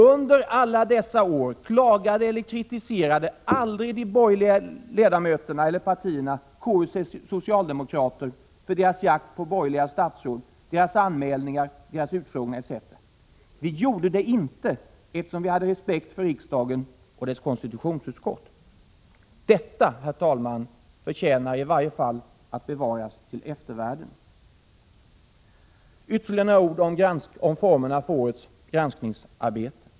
Under alla dessa år klagade eller kritiserade aldrig de borgerliga ledamöterna eller partierna KU:s socialdemokrater för deras jakt på borgerliga statsråd, deras anmälningar, deras utfrågningar, etc. Vi gjorde det inte, eftersom vi hade respekt för riksdagen och dess konstitutionsutskott. Detta, herr talman, förtjänar i varje fall att bevaras till eftervärlden. Ytterligare några ord om formerna för årets granskningsarbete.